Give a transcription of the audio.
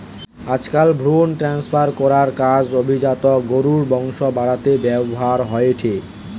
আজকাল ভ্রুন ট্রান্সফার করার কাজ অভিজাত গরুর বংশ বাড়াতে ব্যাভার হয়ঠে